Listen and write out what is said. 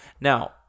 Now